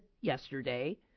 yesterday